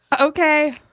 Okay